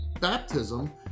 baptism